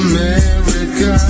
America